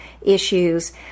issues